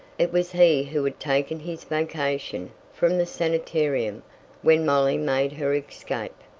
it was he who had taken his vacation from the sanitarium when molly made her escape.